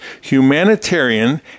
humanitarian